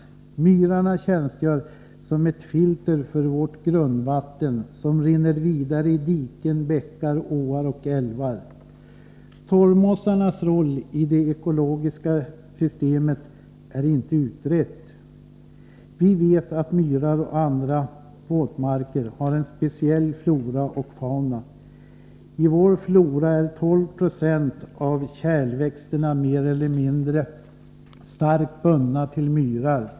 Myrarna tjänstgör som ett filter för vårt grundvatten, som rinner vidare i diken, bäckar, åar och älvar. Torvmossarnas roll i det ekologiska systemet är inte utredd. Vi vet att myrar och andra våtmarker har en speciell flora och fauna. I vår flora är 12 20 av kärlväxterna mer eller mindre starkt bundna till myrar.